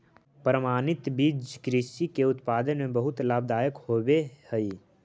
प्रमाणित बीज कृषि के उत्पादन में बहुत लाभदायक होवे हई